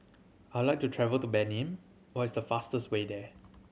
I'd like to travel to Benin what is the fastest way there